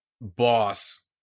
boss